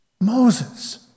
Moses